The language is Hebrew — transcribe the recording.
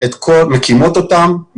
מקימות אותן,